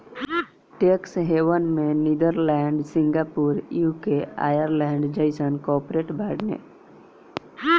tax haven में Netherlands, Singapore, UK, Ireland जइसन corporate बाने